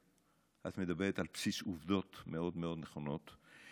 את מדברת על בסיס עובדות מאוד מאוד נכונות.